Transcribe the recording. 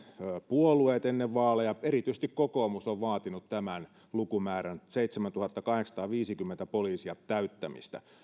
puolueet ennen vaaleja erityisesti kokoomus on vaatinut tämän lukumäärän seitsemäntuhattakahdeksansataaviisikymmentä poliisia täyttämistä